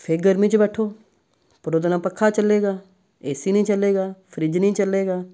ਫਿਰ ਗਰਮੀ 'ਚ ਬੈਠੋ ਫਿਰ ਉਹਦੇ ਨਾਲ ਪੱਖਾ ਚੱਲੇਗਾ ਏ ਸੀ ਨਹੀਂ ਚੱਲੇਗਾ ਫਰਿੱਜ ਨਹੀਂ ਚੱਲੇਗਾ